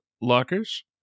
lockers